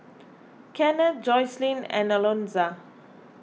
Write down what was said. Kennth Jocelyn and Alonza